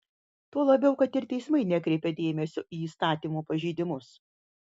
tuo labiau kad ir teismai nekreipia dėmesio į įstatymų pažeidimus